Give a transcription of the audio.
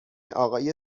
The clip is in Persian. آقای